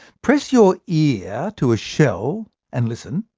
press your ear to a shell and listen,